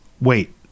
Wait